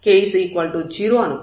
k 0 అనుకుందాం